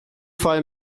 fall